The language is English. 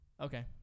Okay